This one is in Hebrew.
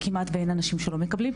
כמעט ואין אנשים שלא מקבלים.